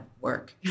work